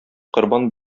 корбан